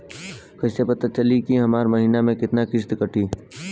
कईसे पता चली की हमार महीना में कितना किस्त कटी?